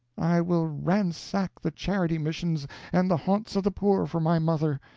i will ransack the charity missions and the haunts of the poor for my mother.